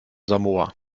samoa